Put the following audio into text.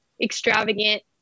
extravagant